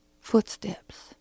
footsteps